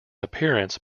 appearance